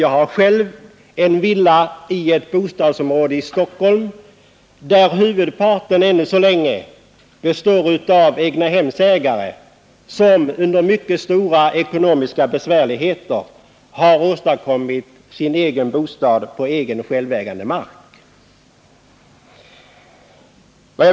Jag har själv en villa i ett bostadsområde i Stockholm, där huvudparten av de boende ännu så länge består av egnahemsägare som ofta under mycket stora ekonomiska besvärligheter har skaffat sig ett eget småhus på självägd mark.